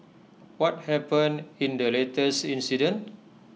what happened in the latest incident